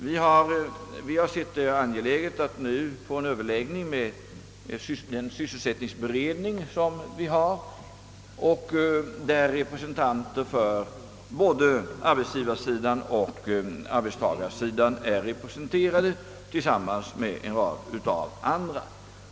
Vi har sålunda ansett det angeläget att nu få till stånd en överläggning med den sysselsättningsberedning som är tillsatt och i vilken representanter för både arbetsgivarsidan och arbetstagarsidan ingår tillsammans med andra.